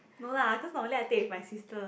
no lah because normally I take it with my sister